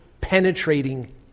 penetrating